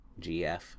GF